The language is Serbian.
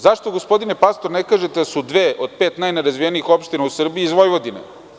Zašto, gospodine Pastor, ne kažete da su dve od pet najnerazvijenijih opština u Srbiji iz Vojvodine?